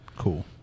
cool